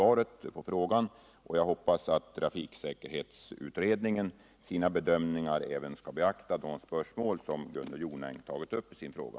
Jag tackar åter för svaret och hoppas att trafiksäkerhetsutredningen vid sina bedömningar även skall beakta det spörsmål som Gunnel Jonäng tagit upp i sin fråga.